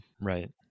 Right